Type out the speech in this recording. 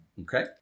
Okay